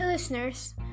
listeners